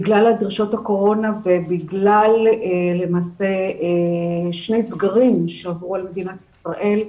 בגלל דרישות הקורונה ובגלל שני סגרים שעברו על מדינת ישראל,